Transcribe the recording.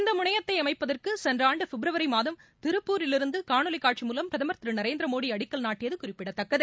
இந்த முனையத்தை அமைப்பதற்கு சென்ற ஆண்டு பிப்ரவரி மாதம் திருப்பூரிலிருந்து காணோலி காட்சி மூலம் பிரதமர் திரு நரேந்திரமோடி அடிக்கல் நாட்டியது குறிப்பிடத்தக்கது